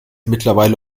mittlerweile